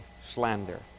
slander